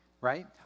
Right